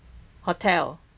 hotel